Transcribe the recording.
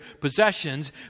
possessions